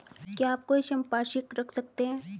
क्या आप कोई संपार्श्विक रख सकते हैं?